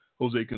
Jose